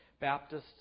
Baptists